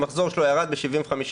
המחזור שלו ירד ב-75%,